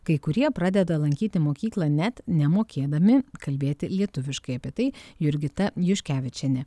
kai kurie pradeda lankyti mokyklą net nemokėdami kalbėti lietuviškai apie tai jurgita juškevičienė